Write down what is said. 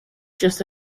just